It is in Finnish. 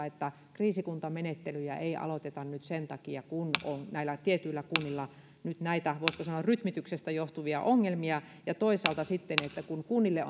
että kriisikuntamenettelyjä ei aloiteta nyt sen takia kun on näillä tietyillä kunnilla nyt näitä voisiko sanoa rytmityksestä johtuvia ongelmia ja toisaalta sitten kun kunnille